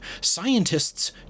Scientists